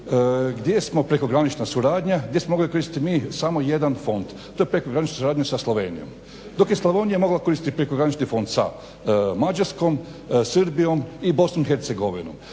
gdje smo prekogranična suradnja gdje smo mogli koristiti mi samo jedan fond. To je prekogranična suradnja sa Slovenijom. Dok je Slavonija mogla koristiti prekogranični fond za Mađarskom, Srbijom i Bosnom i Hercegovinom.